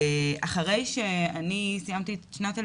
אני אחרי שאני סיימתי את שנת הלימודים,